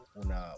una